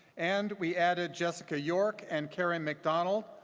and we added jessica york and carey macdonald,